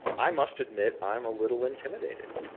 i must admit i'm a little intimidated,